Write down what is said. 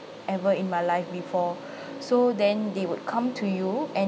ever in my life before so then they would come to you and